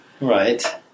Right